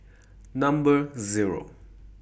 Number Zero